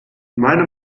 meiner